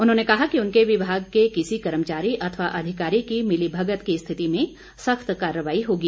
उन्होंने कहा कि उनके विभाग के किसी कर्मचारी अथवा अधिकारी की मिलीभगत की स्थिति में सख्त कार्रवाई होगी